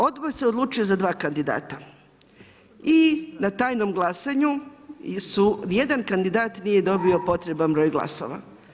Odbor se odlučio za dva kandidata i na tajnom glasanju su, ni jedan kandidat nije dobio potreban broj glasova.